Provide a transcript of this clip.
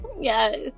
yes